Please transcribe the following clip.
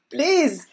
Please